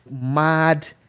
mad